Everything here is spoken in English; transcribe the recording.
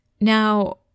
Now